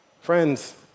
Friends